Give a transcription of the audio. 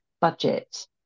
budget